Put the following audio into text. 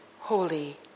Holy